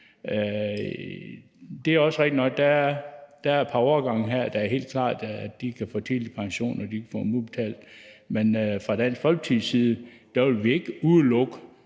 Der er et par årgange her, hvor det ikke er helt klart, om de kan få tidlig pension og få den udbetalt, men fra Dansk Folkepartis side vil vi ikke udelukke,